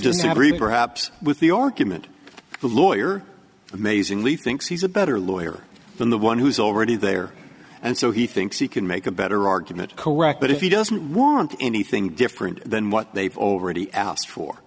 everywhere haps with the argument the lawyer amazingly thinks he's a better lawyer than the one who's already there and so he thinks he can make a better argument correct but if he doesn't want anything different than what they've already asked for